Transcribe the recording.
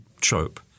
trope